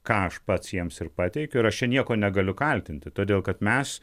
ką aš pats jiems ir pateikiu ir aš čia nieko negaliu kaltinti todėl kad mes